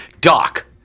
Doc